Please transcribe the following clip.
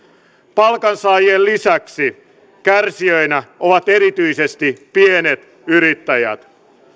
palkansaajien lisäksi kärsijöinä ovat erityisesti pienet yrittäjät